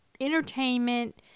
entertainment